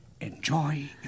Enjoy